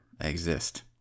exist